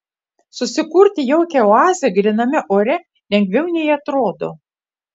susikurti jaukią oazę gryname ore lengviau nei atrodo